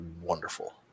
wonderful